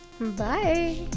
Bye